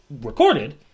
recorded